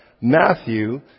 Matthew